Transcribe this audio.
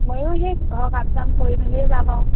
ময়ো সেই ঘৰ কাম চাম কৰি মেলিয়েই যাম আৰু